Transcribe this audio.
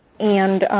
and